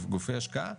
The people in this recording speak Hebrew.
גופי השקעה,